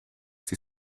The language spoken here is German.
die